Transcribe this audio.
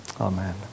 Amen